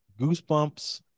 Goosebumps